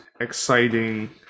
exciting